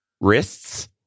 wrists